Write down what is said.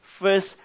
first